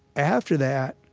after that,